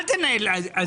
אל תנהל --- לא,